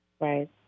right